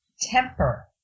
temper